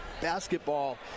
basketball